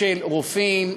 רופאים,